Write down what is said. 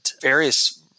various